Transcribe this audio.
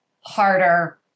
harder